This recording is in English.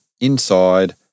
inside